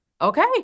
okay